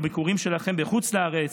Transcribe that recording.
בביקורים שלכם בחוץ לארץ,